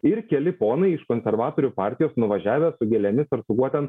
ir keli ponai iš konservatorių partijos nuvažiavę su gėlėmis ar su kuo ten